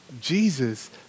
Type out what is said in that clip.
Jesus